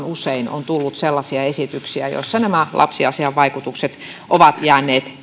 usein on tullut sellaisia esityksiä joissa nämä lapsiasiainvaikutukset ovat jääneet